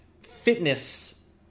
fitness